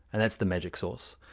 and that's the magic source.